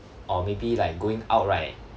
or maybe like going out right